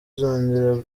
izongera